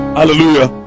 Hallelujah